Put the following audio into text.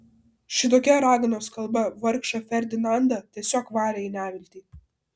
šitokia raganos kalba vargšą ferdinandą tiesiog varė į neviltį